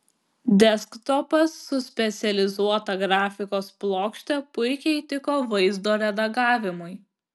desktopas su specializuota grafikos plokšte puikiai tiko vaizdo redagavimui